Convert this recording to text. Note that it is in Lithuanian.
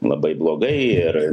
labai blogai ir